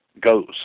goes